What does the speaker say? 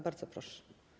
Bardzo proszę.